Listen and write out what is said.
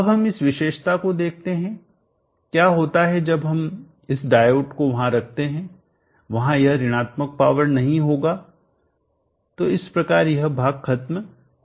अब हम इस विशेषता को देखते हैं क्या होता है जब हम इस डायोड को वहां रखते हैं वहां यह ऋणात्मक पावर नहीं होगा तो इस प्रकार यह भाग खत्म हो जाएगा